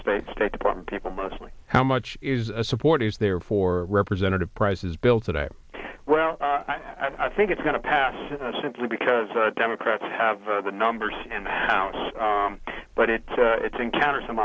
state state department people mostly how much is a support is there for representative prices bill today well i think it's going to pass simply because democrats have the numbers in the house but it's it's encounter some